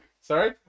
Sorry